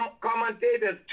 commentators